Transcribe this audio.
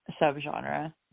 subgenre